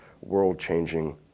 world-changing